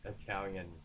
Italian